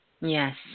Yes